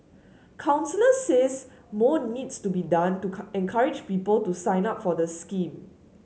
counsellors says more needs to be done to encourage people to sign up for the scheme